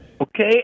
okay